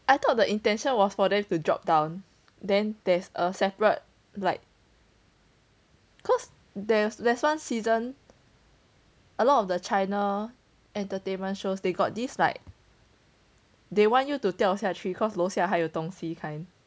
I thought the intention was for them to drop down then there's a separate like cause there's there's one season a lot of the china entertainment shows they got this like they want you to 掉下去 cause 楼下还有东西 kind